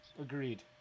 Agreed